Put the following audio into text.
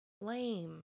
Lame